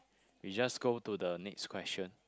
we just go to the next question